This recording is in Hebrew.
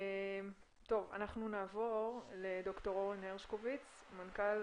נעבור לד"ר אורן הרשקוביץ מנכ"ל